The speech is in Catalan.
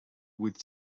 huit